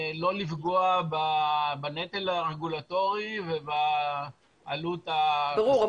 לא לפגוע בנטל הרגולטורי ובעלות --- ברור.